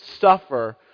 suffer